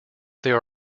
there